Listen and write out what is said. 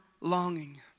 longing